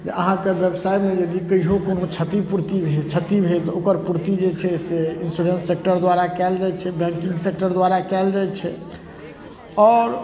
जे अहाँके बेवसाइमे यदि कहिओ कोनो क्षतिपूर्ति क्षति भेल तऽ ओकर पूर्ति जे छै से इन्श्योरेन्स सेक्टर द्वारा कएल जाए छै बैँकिङ्ग सेक्टर द्वारा कएल जाए छै आओर